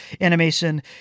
animation